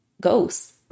ghosts